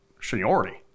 Seniority